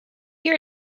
your